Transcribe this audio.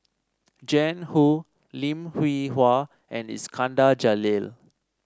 Jiang Hu Lim Hwee Hua and Iskandar Jalil